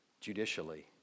judicially